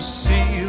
see